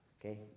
Okay